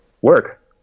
work